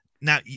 Now